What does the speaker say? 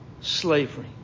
slavery